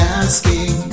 asking